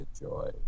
enjoy